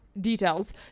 details